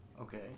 Okay